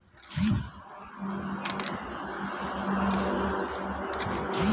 গ্রামের এলাকায় কখন কোন সামাজিক প্রকল্প রয়েছে তার তথ্য কোথায় মিলবে?